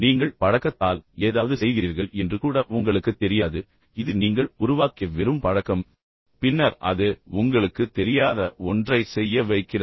நீங்கள் பழக்கத்தால் ஏதாவது செய்கிறீர்கள் என்று கூட உங்களுக்குத் தெரியாது இது நீங்கள் உருவாக்கிய வெறும் பழக்கம் பின்னர் அது உங்களுக்குத் தெரியாத ஒன்றைச் செய்ய வைக்கிறது